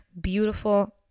beautiful